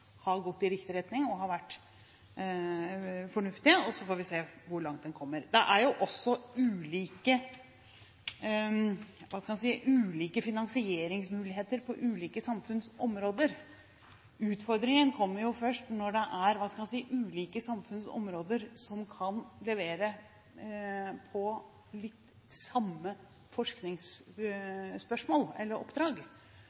har gått i riktig retning og har vært fornuftige. Så får vi se hvor langt en kommer. Det er jo også ulike finansieringsmuligheter på ulike samfunnsområder. Utfordringen kommer jo først når det er ulike samfunnsområder som kan levere på litt de samme